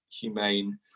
humane